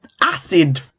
acid